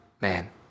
man